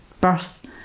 birth